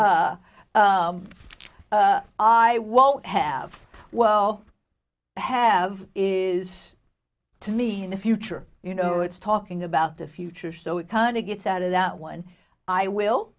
no i won't have well have is to me in the future you know it's talking about the future so it kind of gets out of that one i will